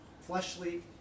fleshly